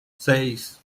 seis